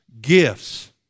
gifts